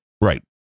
right